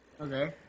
Okay